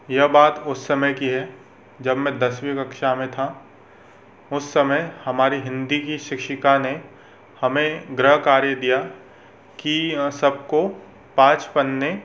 यह बात उस समय की है जब मैं दसवीं कक्षा में था उस समय हमारी हिन्दी की शिक्षिका ने हमें गृहकार्य दिया कि सबको पाँच पन्ने